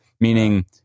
meaning